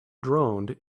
droned